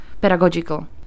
pedagogical